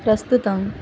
ప్రస్తుతం